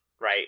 right